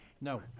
No